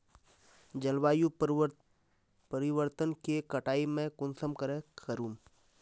जलवायु परिवर्तन के कटाई में कुंसम करे करूम?